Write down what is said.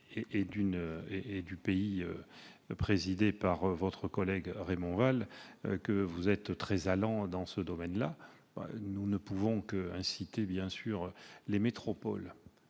et du pays présidé par votre collègue Raymond Vall, que vous êtes très allant dans ce domaine. Nous ne pouvons qu'inciter toutes les métropoles,